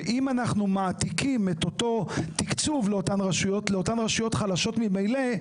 ואם אנחנו מעתיקים את אותו תקצוב לאותן רשויות חלשות ממילא,